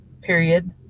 period